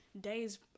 days